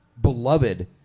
beloved